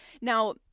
now